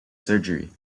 surgery